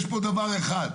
שלהם,